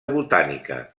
botànica